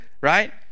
right